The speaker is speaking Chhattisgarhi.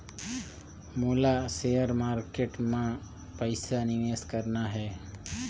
मोला शेयर मार्केट मां पइसा निवेश करना हे?